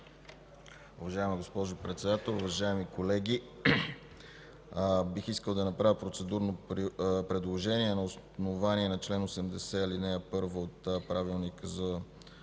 Уважаема госпожо Председател, уважаеми колеги! Бих искал да направя процедурно предложение: на основание чл. 80, ал. 1 от Правилника за